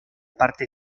parte